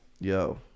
yo